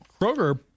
Kroger